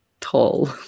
tall